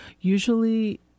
Usually